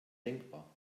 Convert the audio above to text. denkbar